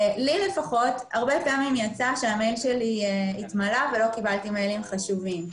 לי לפחות הרבה פעמים יצא שהמייל שלי התמלא ולא קיבלתי מיילים חשובים.